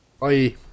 Bye